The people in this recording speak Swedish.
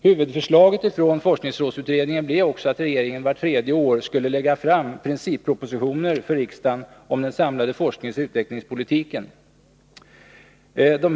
Huvudförslaget från forskningsrådsutredningen blev också att regeringen vart tredje år skulle lägga fram princippropositioner för riksdagen om den samlade forskningsoch utvecklingspolitiken, FoU-politiken.